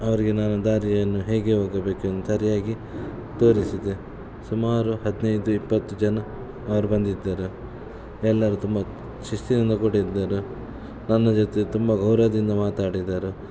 ಅವರಿಗೆ ನಾನು ದಾರಿಯನ್ನು ಹೇಗೆ ಹೋಗಬೇಕೆಂದು ಸರಿಯಾಗಿ ತೋರಿಸಿದೆ ಸುಮಾರು ಹದಿನೈದು ಇಪ್ಪತ್ತು ಜನ ಅವ್ರು ಬಂದಿದ್ದರು ಎಲ್ಲರೂ ತುಂಬ ಶಿಸ್ತಿನಿಂದ ಕೂಡಿದ್ದರು ನನ್ನ ಜೊತೆ ತುಂಬ ಗೌರವದಿಂದ ಮಾತಾಡಿದರು